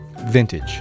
vintage